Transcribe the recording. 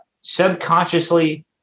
Subconsciously